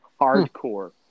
hardcore